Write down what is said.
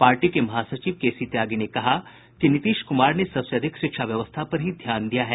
party के महासचिव केसी त्यागी ने कहा है कि नीतीश कुमार ने सबसे अधिक शिक्षा व्यवस्था पर ही ध्यान दिया है